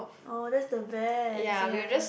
oh that the best yea yea